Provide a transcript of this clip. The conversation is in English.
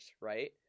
right